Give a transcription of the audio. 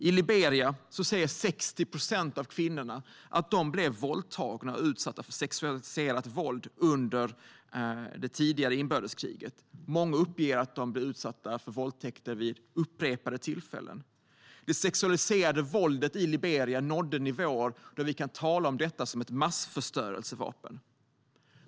I Liberia säger 60 procent av kvinnorna att de blev våldtagna och utsatta för sexualiserat våld under det tidigare inbördeskriget. Många uppger att de har blivit utsatta för våldtäkter vid upprepade tillfällen. Det sexualiserade våldet i Liberia nådde nivåer där vi kan tala om detta som ett massförstörelsevapen.